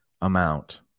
amount